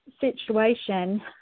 situation